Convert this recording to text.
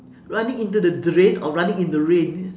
running into the drain or running in the rain